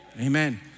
Amen